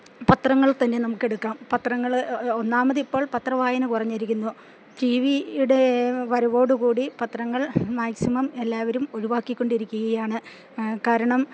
പത്രങ്ങൾ തന്നെ നമുക്കെടുക്കാം പത്രങ്ങള് ഒന്നാമതിപ്പോൾ പത്രവായന കുറഞ്ഞിരിക്കുന്നു ടി വിയുടെ വരവോടുകൂടി പത്രങ്ങൾ മാക്സിമം എല്ലാവരും ഒഴിവാക്കിക്കൊണ്ടിരിക്കുകയാണ് കാരണം